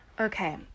Okay